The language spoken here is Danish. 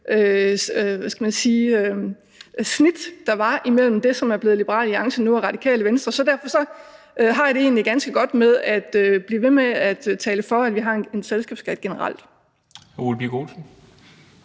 snit, der var imellem det, som er blevet Liberal Alliance nu, og Radikale Venstre. Så derfor har jeg det egentlig ganske godt med at blive ved med at tale for, at vi har en selskabsskat generelt.